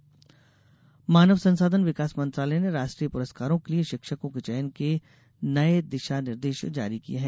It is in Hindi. शिक्षक पुरस्कार मानव संसाधन विकास मंत्रालय ने राष्ट्रीय पुरस्कारों के लिए शिक्षकों के चयन के नये दिशा निर्देश जारी किये हैं